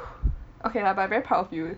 okay lah but I very proud of you